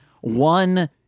One